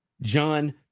John